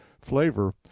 flavor